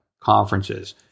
conferences